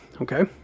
Okay